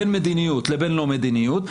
בין מדיניות לבין לא מדיניות,